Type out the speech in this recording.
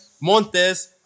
Montes